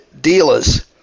dealers